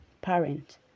parent